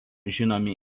žinomi